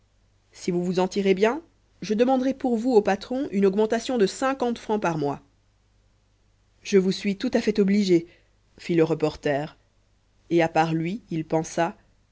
si vous vous en tirez bien je demanderai pour vous au patron une augmentation de cinquante francs par mois je vous suis tout à fait obligé fit le reporter et à part lui il pensa